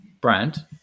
brand